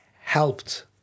helped